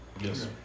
Yes